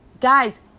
Guys